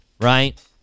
right